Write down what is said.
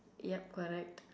yup correct